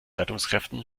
rettungskräften